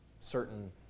certain